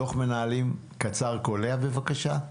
דוח מנהלים קצר, קולע בבקשה.